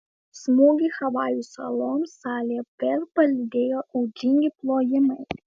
smūgį havajų saloms salėje vėl palydėjo audringi plojimai